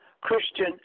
Christian